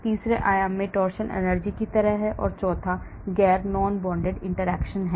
तीसरे आयाम में torsion energy की तरह है और चौथा गैर non bonded interaction है